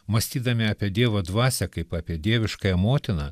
mąstydami apie dievo dvasią kaip apie dieviškąją motiną